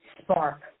spark